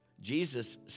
Jesus